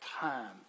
time